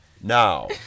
now